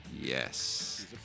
yes